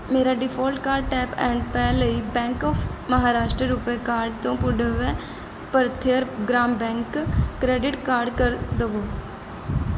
ਮੇਰਾ default card tap and pay ਲਈ bank of Maharashtra RuPay card ਤੋਂ Puduvai Bharathiar Grama bank credit card ਕਰ ਦੇਵੋ